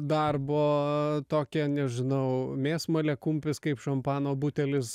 darbo tokią nežinau mėsmalė kumpis kaip šampano butelis